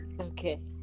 Okay